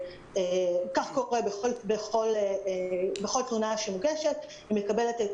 וכך קורה בכל תלונה שמוגשת היא מקבלת את